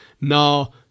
Now